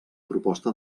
proposta